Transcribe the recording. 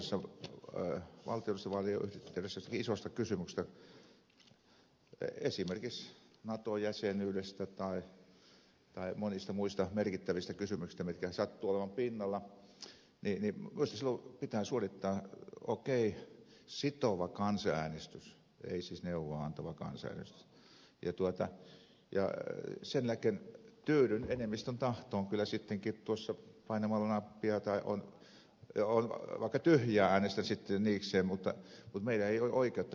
myös valtiollisten vaalien yhteydessä joistakin isoista kysymyksistä esimerkiksi nato jäsenyydestä tai monista muista merkittävistä kysymyksistä jotka sattuvat olemaan pinnalla minusta pitää suorittaa okei sitova kansanäänestys ei siis neuvoa antava kansanäänestys ja sen jälkeen tyydyn enemmistön tahtoon kyllä sitten painamalla nappia tai vaikka tyhjää äänestän sitten niikseen mutta meillä ei kyllä ole oikeutta olla tyytymättä siihen